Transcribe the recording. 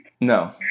No